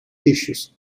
tissues